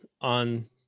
on